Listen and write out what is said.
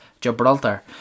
Gibraltar